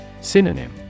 Synonym